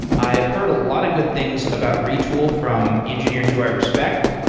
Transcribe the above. i've heard a lot of good things about retool from engineers who i respect.